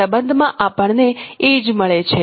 આ સંબંધ માં આપણને એ જ મળે છે